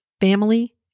Family